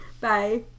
Bye